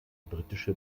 britische